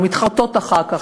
הן מתחרטות אחר כך,